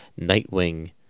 Nightwing